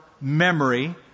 memory